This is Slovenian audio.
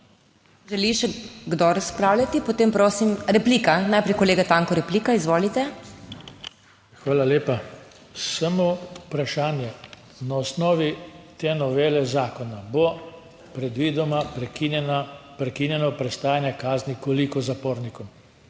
Želi še kdo razpravljati? Prosim? Replika? Najprej kolega Tanko. Replika, izvolite. JOŽE TANKO (PS SDS): Hvala lepa. Samo vprašanje. Na osnovi te novele zakona bo predvidoma prekinjeno prestajanje kazni koliko zapornikom?